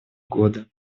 года